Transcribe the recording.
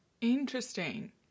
Interesting